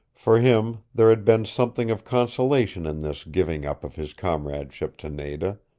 for him there had been something of consolation in this giving up of his comradeship to nada.